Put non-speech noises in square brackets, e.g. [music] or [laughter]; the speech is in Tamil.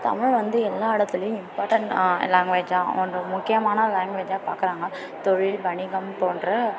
தமிழ் வந்து எல்லா இடத்துலையும் இம்பார்டண்ட் லாங்குவேஜாக [unintelligible] ஒரு முக்கியமான லாங்குவேஜாக பார்க்குறாங்க தொழில் வணிகம் போன்ற